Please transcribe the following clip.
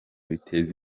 biteza